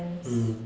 mm